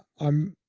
um,